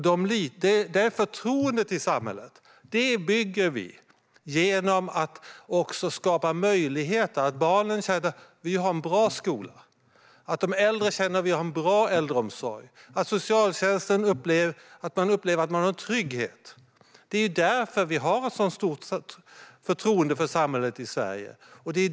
Detta förtroende i samhället bygger också på att barnen känner att de har en bra skola, att de äldre känner att de har en bra äldreomsorg och att socialtjänsten upplever en trygghet. Vi har ett så stort förtroende för samhället i Sverige.